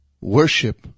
worship